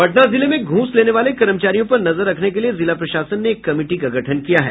पटना जिले में घूस लेने वाले कर्मचारियों पर नजर रखने के लिए जिला प्रशासन ने एक कमिटी का गठन किया है